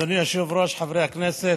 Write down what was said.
אדוני היושב-ראש, חברי הכנסת,